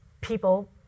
people